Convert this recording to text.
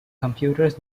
computers